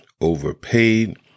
overpaid